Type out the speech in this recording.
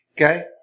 Okay